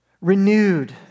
renewed